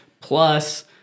plus